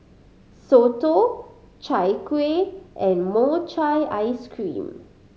soto Chai Kueh and mochi ice cream